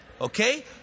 Okay